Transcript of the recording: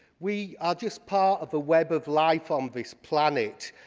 we are just part of the web of life on this planet.